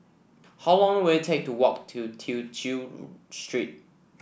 how long will it take to walk to Tew Chew Street